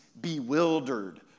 bewildered